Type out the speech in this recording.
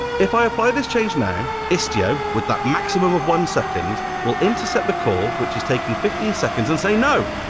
if i apply this change now, istio, with that maximum of one second, will intercept the call, which is taking fifteen seconds, and say no,